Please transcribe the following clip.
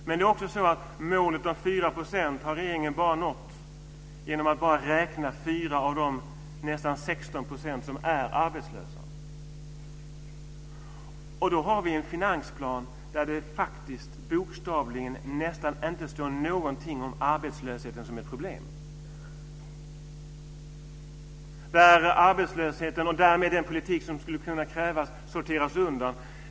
Men det är också så att regeringen har nått målet 4 % genom att räkna bara 4 av de nästan 16 procenten arbetslösa. Vi har en finansplan där det faktiskt nästan bokstavligen inte står någonting om arbetslösheten som ett problem och där arbetslösheten och därmed den politik som skulle krävas sorteras undan.